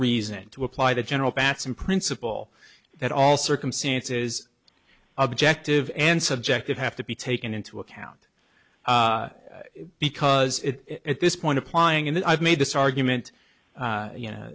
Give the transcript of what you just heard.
reason to apply the general batson principle that all circumstances objective and subjective have to be taken into account because it at this point applying and i've made this argument you know